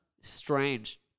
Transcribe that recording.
Strange